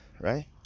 right